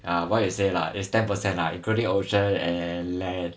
ya what you say lah is ten percent lah including the ocean and land